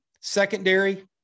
Secondary